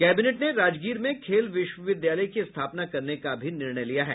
cabinet ने राजगीर में खेल विश्वविद्यालय की स्थापना करने का भी निर्णय लिया है